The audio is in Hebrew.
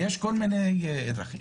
דבר שלישי,